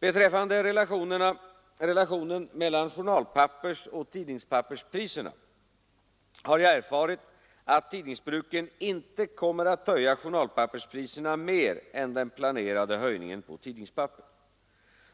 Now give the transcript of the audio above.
Beträffande relationen mellan journalpappersoch tidningspapperspriserna har jag erfarit att Tidningsbruken inte kommer att höja journalpapperspriserna mer än den planerade höjningen på tidningspapper.